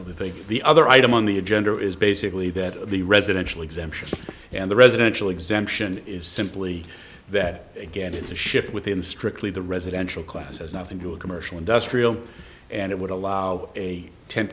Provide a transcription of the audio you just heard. only thing the other item on the agenda is basically that the residential exemption and the residential exemption is simply that again it's a shift within strictly the residential class as nothing to a commercial industrial and it would allow a ten